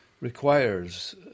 requires